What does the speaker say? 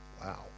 Wow